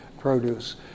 produce